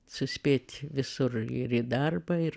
suspėt visur ir į darbą ir